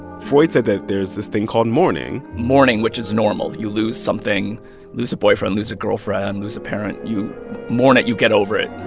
freud said that there's this thing called mourning. mourning, which is normal. you lose something lose a boyfriend, lose a girlfriend, and lose a parent you mourn it. you get over it.